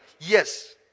Yes